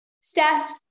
Steph